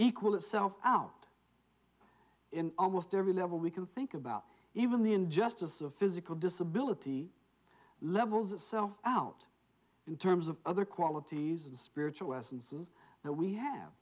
equal itself out in almost every level we can think about even the injustices of physical disability levels itself out in terms of other qualities and spiritual essences that we have